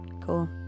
Cool